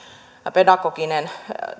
pedagoginen